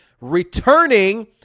Returning